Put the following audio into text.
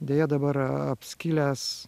deja dabar apskilęs